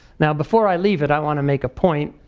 now before i leave it, i want to make a point.